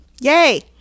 Yay